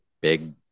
big